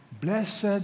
Blessed